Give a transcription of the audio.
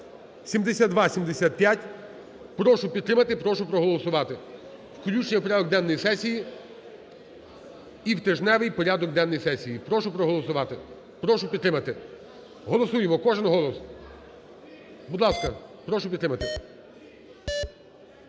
7275, прошу підтримати, прошу проголосувати, включення в порядок денний сесії і в тижневий порядок денний сесії. Прошу проголосувати, прошу підтримати. Голосуємо, кожен голос. Будь ласка, прошу підтримати.